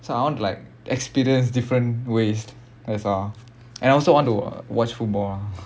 so I want to like experience different ways that's all and I also want to watch football